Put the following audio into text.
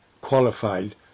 qualified